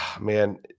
man